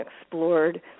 explored